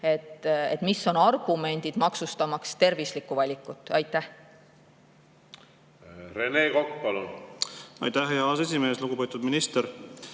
mis on argumendid, maksustamaks tervislikku valikut. Rene Kokk, palun! Aitäh, hea aseesimees! Lugupeetud minister!